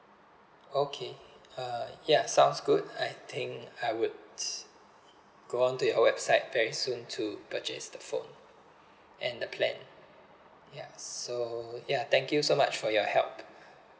okay uh ya sounds good I think I would s~ go on to your website very soon to purchase the phone and the plan ya so ya thank you so much for your help